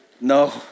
no